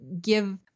give